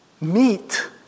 meat